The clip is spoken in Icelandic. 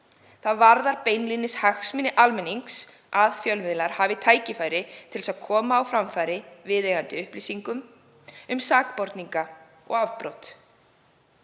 Það varðar beinlínis hagsmuni almennings að fjölmiðlar hafi tækifæri til að koma á framfæri viðeigandi upplýsingum um sakborninga og afbrot.